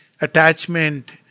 attachment